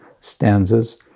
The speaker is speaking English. stanzas